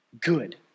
Good